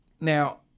now